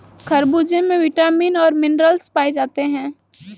खरबूजे में विटामिन और मिनरल्स पाए जाते हैं